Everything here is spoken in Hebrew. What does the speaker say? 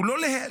הוא לא להתיר,